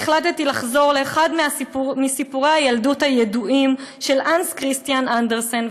החלטתי לחזור לאחד מסיפורי הילדות הידועים של הנס כריסטיאן אנדרסן,